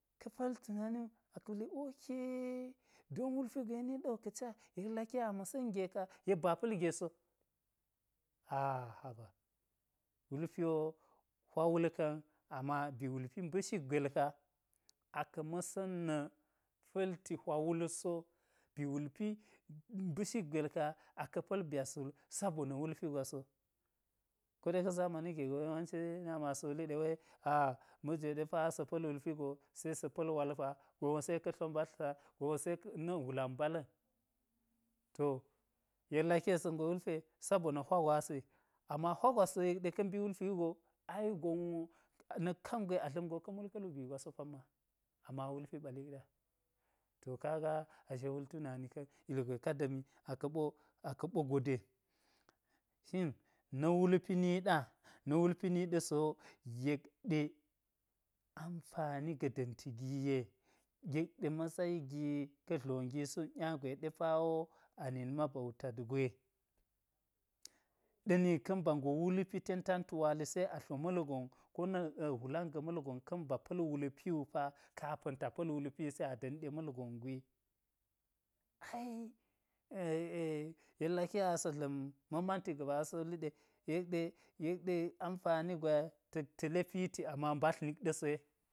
Ka̱ pa̱l tumani wu aka̱ wule ok don wulpi gwe niɗawu ka̱ca yek laki yek a ma̱sa̱n ge ka yek ba̱ pa̱l ge so, a-haba wulpi wo hwa wul ka̱n, ama ba wulpi mba̱shik gwel ka, aka̱ ma̱sa̱n na̱ pa̱lti hwa wul so ba̱ wulpi mba̱shik, gwel, ka, aka̱ pa̱l byaswul sabona̱ wulpi gwaso, koɗe ka̱ zamani ge go yawanci nami wo asa̱ wuli ɗe we a majeve ɗe pa asa̱ pa̱l wulpi go, se sa̱ pa̱l wal pa, gon wo se ka tlo mbadl pa, gon wo se na̱ hwulan mbala̱n to yek laki yeksa̱ ngo wulpi ye, sabona̱ hwa gwasi, ama hwa gwas wo yek ɗe ka̱ mbi wulpi wugo, ai gon wo na̱k kangwe adla̱m go ka̱ mul ka̱ hibii gwa so pamma, ama wulpi ɓalik ɗa, to kaga ashe wul tunani ka̱n ilgwe ka̱ da̱mi aka̱ ɓo, aka̱ ɓo gode shin na̱ wulpi niɗa na̱ wulpi ni ɗa̱ sowo, yek ɗe ampani ga da̱mti giye yek ɗe masayi gi ka̱ dlo gi suk nya gwe ɗe pawo a nitma bautat gwe, ɗani ka̱n ba ngo wulpi ten tantu wali se a tlo ma̱lgon ko na̱ hwulan ga̱ ma̱lgon ka̱nba pa̱l wulpi wu pa kapa̱n ta pa̱l wulpise ada̱m ɗe ma̱lgon gwi, a yek laki asa̱ dla̱m ma̱n manti ga̱ɓa asa̱ wuli ɗe, yekɗe-yekɗe-ampani təkgwa ta̱k ta̱le piti ama mɓadl nik ɗa̱ soye.